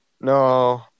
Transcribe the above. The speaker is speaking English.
No